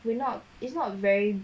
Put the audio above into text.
we're not it's not very